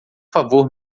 favor